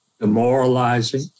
demoralizing